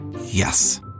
Yes